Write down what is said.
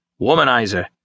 Womanizer